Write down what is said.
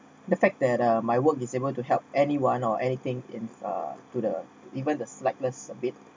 the fact that uh my work is able to help anyone or anything in uh to the even the slightest bit